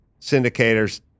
syndicators